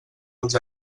els